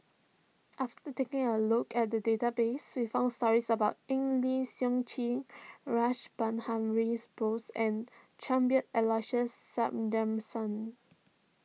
after taking a look at the database we found stories about Eng Lee Seok Chee Rash Behari's Bose and Cuthbert Aloysius